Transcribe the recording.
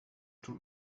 tut